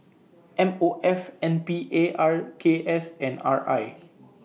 M O F N P A R K S and R I